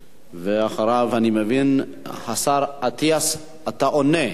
אני מבין שאחריו, השר אטיאס, אתה עונה.